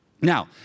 Now